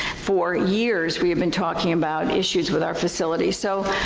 for years we have been talking about issues with our facilities, so,